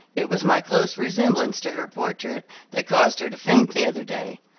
it was my close resemblance to her portrait that caused her to faint the other day.